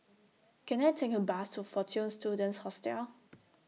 Can I Take A Bus to Fortune Students Hostel